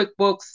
QuickBooks